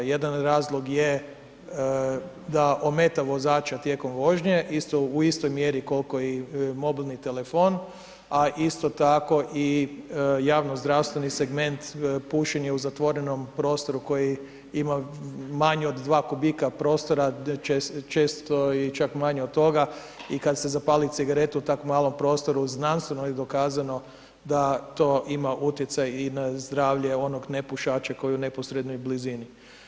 Jedan razlog je da ometa vozača tijekom vožnje u istoj mjeri koliko i mobilni telefon, a isto tako i javnozdravstveni segment pušenje u zatvorenom prostoru koji ima manje od 2 kubika prostora često i čak manje od toga i kad se zapali cigaretu u tak malom prostoru znanstveno je dokazano da to ima utjecaj i na zdravlje onog nepušača koji je u neposrednoj blizini.